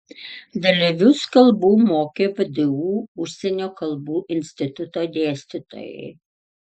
dalyvius kalbų mokė vdu užsienio kalbų instituto dėstytojai